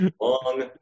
long